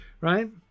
right